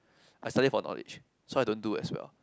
I study for knowledge so I don't do as well